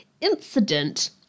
Incident